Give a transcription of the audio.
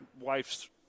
wife's